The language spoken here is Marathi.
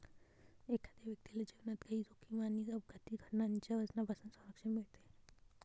एखाद्या व्यक्तीला जीवनात काही जोखीम आणि अपघाती घटनांच्या वजनापासून संरक्षण मिळते